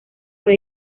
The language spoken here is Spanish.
fue